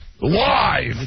live